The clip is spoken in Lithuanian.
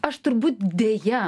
aš turbūt deja